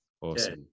Awesome